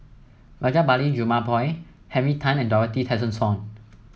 Rajabali Jumabhoy Henry Tan and Dorothy Tessensohn